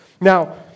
Now